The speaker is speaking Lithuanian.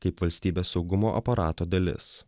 kaip valstybės saugumo aparato dalis